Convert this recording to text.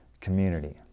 community